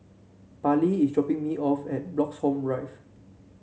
Parley is dropping me off at Bloxhome Rive